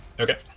Okay